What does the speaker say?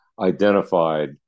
identified